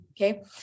Okay